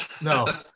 No